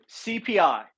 CPI